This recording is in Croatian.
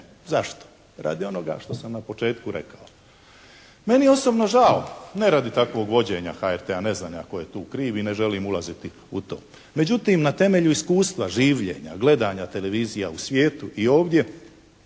Zašto? Radi onoga što sam na početku rekao. Meni je osobno žao ne radi takvog vođenja HRT-a, ne znam ja tko je tu kriv i ne želim ulaziti u to. Međutim, na temelju iskustva življenja, gledanja televizija u svijetu i ovdje,